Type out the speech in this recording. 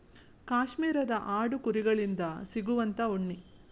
ಕಾಶ್ಮೇರದ ಆಡು ಕುರಿ ಗಳಿಂದ ಸಿಗುವಂತಾ ಉಣ್ಣಿ